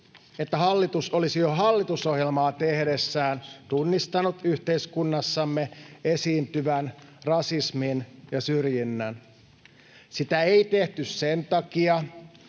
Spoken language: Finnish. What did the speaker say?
että hallitus olisi jo hallitusohjelmaa tehdessään tunnistanut yhteiskunnassamme esiintyvän rasismin ja syrjinnän. Sitä ei tehty sen takia,